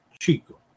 Chico